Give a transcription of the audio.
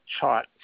chart